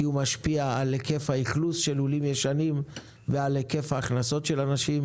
כי הוא משפיע על היקף האכלוס של לולים ישנים ועל היקף ההכנסות של אנשים.